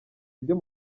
ibyo